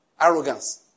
arrogance